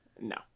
No